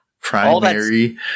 Primary